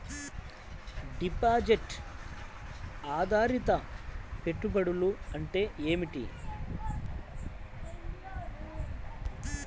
Deposit ఆధారిత పెట్టుబడులు అంటే ఏమిటి?